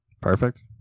Perfect